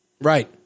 Right